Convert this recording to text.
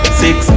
six